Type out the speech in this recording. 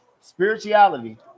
Spirituality